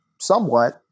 somewhat